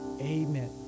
amen